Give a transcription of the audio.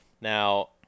Now